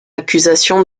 accusation